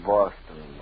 Boston